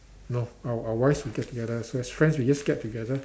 no our our wives will get together so as friends we just get together